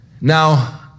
Now